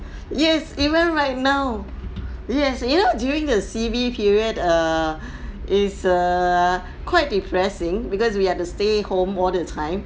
yes even right now yes you know during the C_B period err is err quite depressing because we have to stay home all the time